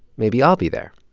maybe i'll be there.